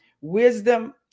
wisdom